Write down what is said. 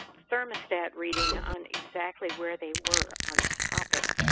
thermostat reading on exactly where they were on this topic.